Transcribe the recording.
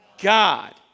God